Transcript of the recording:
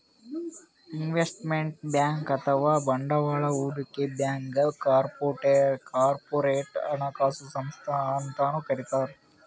investment bank ಅಥವಾ ಬಂಡವಾಳ್ ಹೂಡಿಕೆ ಬ್ಯಾಂಕ್ಗ್ ಕಾರ್ಪೊರೇಟ್ ಹಣಕಾಸು ಸಂಸ್ಥಾ ಅಂತನೂ ಕರಿತಾರ್